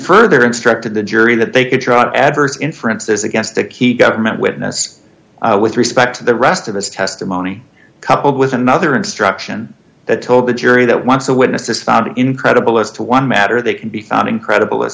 further instructed the jury that they could trot adverse inferences against the key government witness with respect to the rest of his testimony coupled with another instruction that told the jury that once a witness is found incredible as to one matter they can be found incredible